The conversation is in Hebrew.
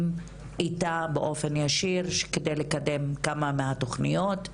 איתה באופן ישיר כדי לקדם כמה מהתוכניות,